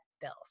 bills